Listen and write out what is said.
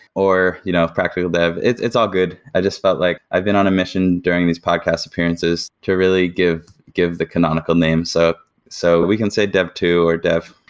or you know practical dev. it's it's all good. i just felt like i've been on a mission during these podcast appearances to really give give the canonical name. so so we can say dev to, or dev.